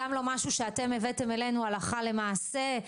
גם לא משהו שאתם הבאתם אלינו הלכה למעשה.